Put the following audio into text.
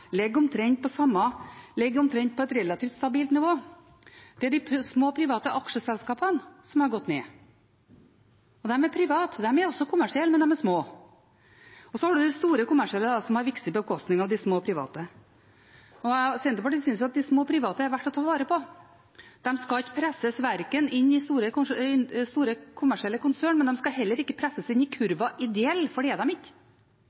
ligger på et relativt stabilt nivå. Det er de små private aksjeselskapene som har gått ned. De er private, og de er kommersielle, men de er små. Så har man de store kommersielle, som har vokst på bekostning av de små private. Senterpartiet synes at de små private er verdt å ta vare på. De skal ikke presses inn i store kommersielle konsern, men heller ikke inn i kurven ideelle, for det er de ikke.